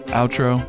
outro